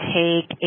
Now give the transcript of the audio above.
take